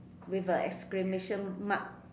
with a exclamation mark